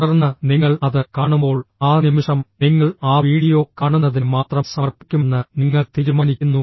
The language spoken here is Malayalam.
തുടർന്ന് നിങ്ങൾ അത് കാണുമ്പോൾ ആ നിമിഷം നിങ്ങൾ ആ വീഡിയോ കാണുന്നതിന് മാത്രം സമർപ്പിക്കുമെന്ന് നിങ്ങൾ തീരുമാനിക്കുന്നു